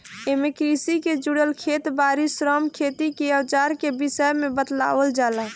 एमे कृषि के जुड़ल खेत बारी, श्रम, खेती के अवजार के विषय में बतावल जाला